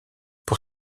pour